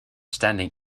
standing